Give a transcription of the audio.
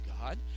God